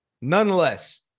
Nonetheless